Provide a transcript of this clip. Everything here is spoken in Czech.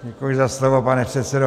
Děkuji za slovo, pane předsedo.